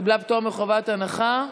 שקיבלה פטור מחובת הנחה,